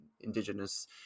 indigenous